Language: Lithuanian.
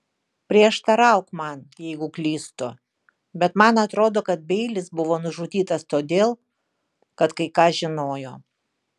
prieštarauk man jeigu klystu bet man atrodo kad beilis buvo nužudytas todėl kad kai ką žinojo